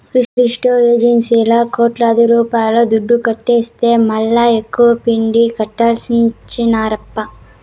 crypto ఎక్సేంజీల్లా కోట్లాది రూపాయల దుడ్డు ఎగవేస్తె మల్లా ముక్కుపిండి కట్టించినార్ప